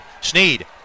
Sneed